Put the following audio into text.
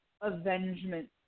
avengement